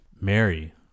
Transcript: Mary